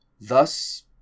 Thus